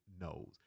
knows